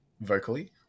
vocally